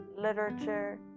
literature